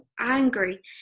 angry